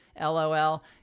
LOL